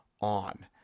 on